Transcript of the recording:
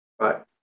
Right